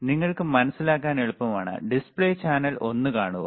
അതിനാൽ നിങ്ങൾക്ക് മനസിലാക്കാൻ എളുപ്പമാണ് ഡിസ്പ്ലേ ചാനൽ ഒന്ന് കാണുക